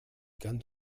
ganz